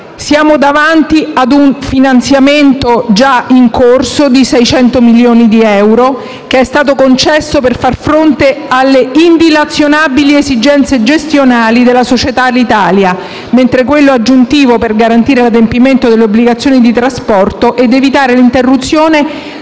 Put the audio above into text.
Siamo davanti a un finanziamento già in corso di 600 milioni di euro, che è stato concesso per far fronte alle indilazionabili esigenze gestionali della società Alitalia, mentre quello aggiuntivo è volto a garantire l'adempimento delle obbligazioni di trasporto ed evitare l'interruzione